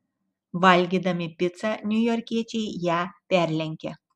valgydami picą niujorkiečiai ją perlenkia